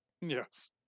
Yes